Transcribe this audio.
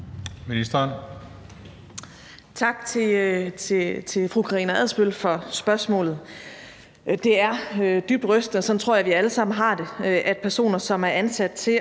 Tak til fru Karina Adsbøl for spørgsmålet. Det er dybt rystende – og sådan tror jeg vi alle sammen har det – at personer, som er ansat til